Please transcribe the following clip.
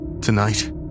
tonight